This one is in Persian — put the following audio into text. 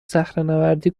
صخرهنوردی